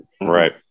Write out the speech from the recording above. Right